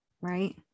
right